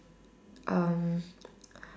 um